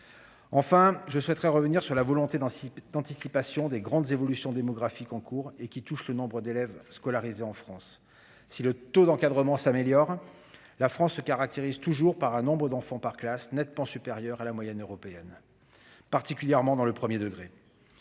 Enfin, je reviendrai sur la volonté d'anticiper les grandes évolutions démographiques en cours, qui ont des répercussions sur le nombre d'élèves scolarisés en France. Si le taux d'encadrement s'améliore, la France se caractérise toujours par un nombre d'enfants par classe nettement supérieur à la moyenne européenne, particulièrement dans le premier degré.